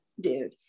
dude